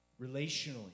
Relationally